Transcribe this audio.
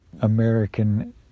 American